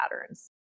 patterns